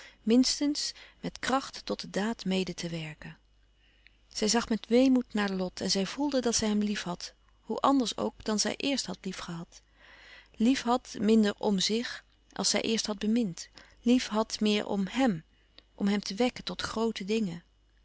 minstens met kracht tot de daad mede te werken zij zag met weemoed naar lot en zij voelde dat zij hem lief had hoe anders ook dan zij eerst had liefgehad lief had minder om zich als zij eerst had bemind lief had meer om hèm om hem te wekken tot grote dingen